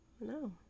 No